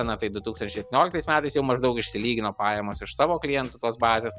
na tai du tūkstanč septynioliktais metais jau maždaug išsilygino pajamos iš savo klientų tos bazės